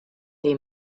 they